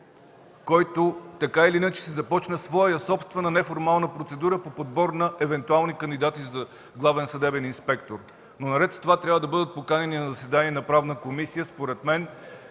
който така или иначе ще започне своя собствена неформална процедура по подбор на евентуални кандидати за главен съдебен инспектор. Но наред с това трябва да бъдат поканени на заседание на Правната комисия, според мен,